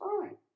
fine